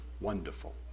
wonderful